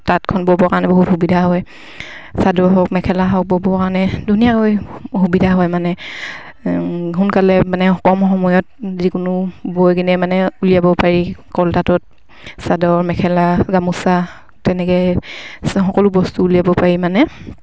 তাঁতখন ব'বৰ কাৰণে বহুত সুবিধা হয় চাদৰ হওক মেখেলা হওক ব'বৰ কাৰণে ধুনীয়াকৈ সুবিধা হয় মানে সোনকালে মানে কম সময়ত যিকোনো বৈ কিনে মানে উলিয়াব পাৰি চাদৰ মেখেলা গামোচা তেনেকে সকলো বস্তু উলিয়াব পাৰি মানে